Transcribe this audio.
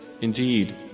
Indeed